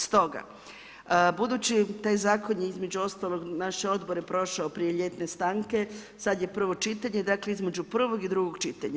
Stoga, budući taj zakon je između ostalog naš odbor je prošao prije ljetne stanke, sada je prvo čitanja, dakle, između prvog i drugog čitanja.